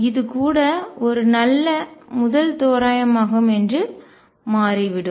இது கூட ஒரு நல்ல முதல் தோராயமாகும் என்று மாறிவிடும்